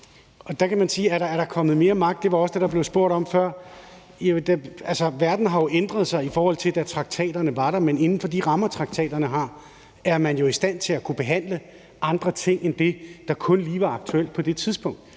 der er kommet mere magt. Altså, verden har jo ændret sig, i forhold til dengang traktaterne blev lavet, men man er jo inden for de rammer, traktaterne har, i stand til at kunne behandle andre ting end det, der kun lige var aktuelt på det tidspunkt.